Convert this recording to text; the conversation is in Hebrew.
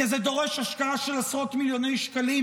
כי זה דורש השקעה של עשרות מיליוני שקלים,